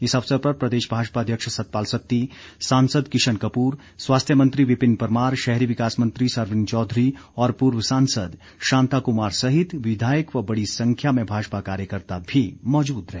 इस अवसर पर प्रदेश भाजपा अध्यक्ष सतपाल सत्ती सांसद किशन कपूर स्वास्थ्य मंत्री विपिन परमार शहरी विकास मंत्री सरवीण चौधरी और पूर्व सांसद शांता कुमार सहित विधायक व बड़ी संख्या में भाजपा कार्यकर्ता भी मौजूद रहे